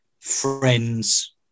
friends